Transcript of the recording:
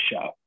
show